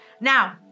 Now